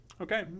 Okay